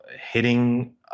hitting